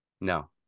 No